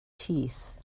teeth